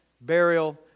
burial